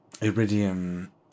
Iridium